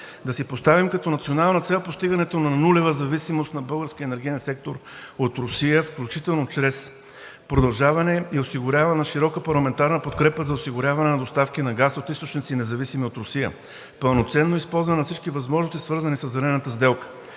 да си поставим като национална цел постигането на нулева зависимост на българския енергиен сектор от Русия, включително чрез продължаване и осигуряване на широка парламентарна подкрепа за осигуряване на доставки на газ от източници, независими от Русия; пълноценно използване на всички възможности, свързани със Зелената сделка;